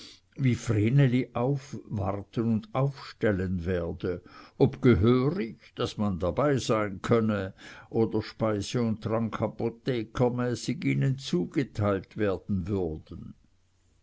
wie vreneli aufwarten und aufstellen werde ob gehörig daß man dabeisein könne oder speise und trank apothekermäßig ihnen zugeteilt werden würden